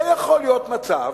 לא יכול להיות מצב